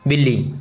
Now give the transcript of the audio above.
बिल्ली